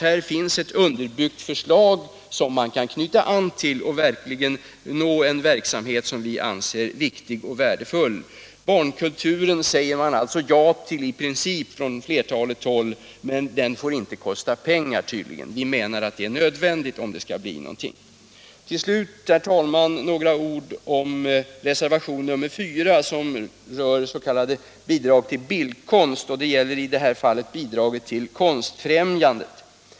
Här finns nu ett underbyggt förslag, som man kan knyta an till och verkligen nå en verksamhet som vi anser vara mycket värdefull. Barnkulturen säger man från flertalet håll ja till i princip, men den får tydligen inte kosta pengar. Vi menar dock att detta är nödvändigt, om det skall bli något av den verksamheten. Så några ord om reservationen 4, som gäller vissa bidrag till bildkonst, i detta fall bidrag till Konstfrämjandet.